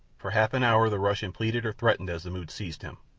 for half an hour the russian pleaded or threatened as the mood seized him.